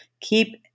Keep